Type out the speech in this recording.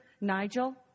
Nigel